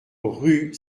rue